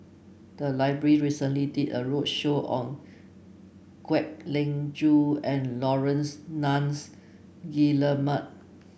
the library recently did a roadshow on Kwek Leng Joo and Laurence Nunns Guillemard